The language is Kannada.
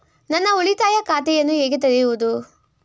ನಾನು ಉಳಿತಾಯ ಖಾತೆಯನ್ನು ಹೇಗೆ ತೆರೆಯುವುದು?